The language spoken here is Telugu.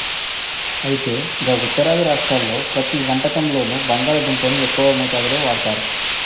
అయితే గా ఉత్తరాది రాష్ట్రాల్లో ప్రతి వంటకంలోనూ బంగాళాదుంపని ఎక్కువ మోతాదులో వాడుతారు